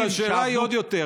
אז השאלה היא עוד יותר,